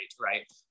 right